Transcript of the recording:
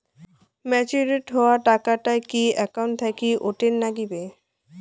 Matured হওয়া টাকাটা কি একাউন্ট থাকি অটের নাগিবে?